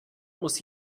muss